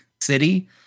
city